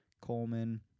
Coleman